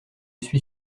suis